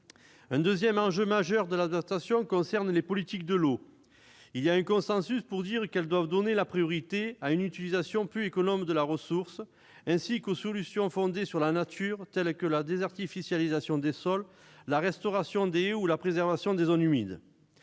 Un deuxième enjeu majeur de l'adaptation concerne les politiques de l'eau. Il y a un consensus pour dire qu'elles doivent donner la priorité à une utilisation plus économe de la ressource, ainsi qu'aux solutions fondées sur la nature, telles que la désartificialisation des sols, la restauration des haies ou la préservation des zones humides.